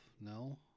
no